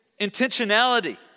intentionality